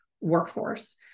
workforce